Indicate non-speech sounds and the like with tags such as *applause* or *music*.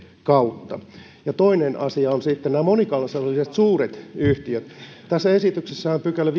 kautta toinen asia on monikansalliset suuret yhtiöt tässä esityksessä on viideskymmeneskahdeksas pykälä *unintelligible*